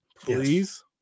please